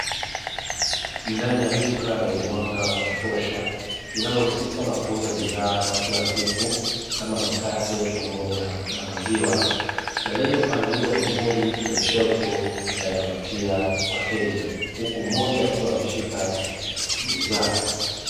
Ndani ya duka lenye mwanga wa kutosha linalohusika na kuuza bidhaa za kila siku kama mikate pamoja na maziwa yaliyopangiliwa vizuri kwenye shelfu na yanavutia wateja, huku mmoja akiwa ameshika bidhaa.